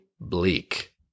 bleak